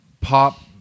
pop